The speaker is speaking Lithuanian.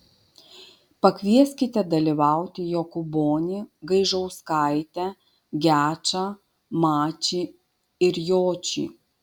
pakvieskite dalyvauti jokūbonį gaižauskaitę gečą mačį ir jočį